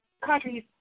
countries